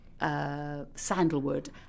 Sandalwood